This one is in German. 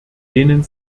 denen